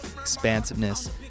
expansiveness